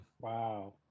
Wow